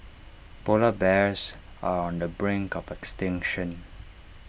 Polar Bears are on the brink of extinction